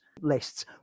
lists